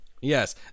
Yes